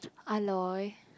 Aloy